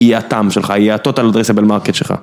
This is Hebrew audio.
‫היא הטעם שלך, ‫היא ה-total addressable market שלך.